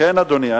כן, אדוני.